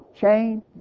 chain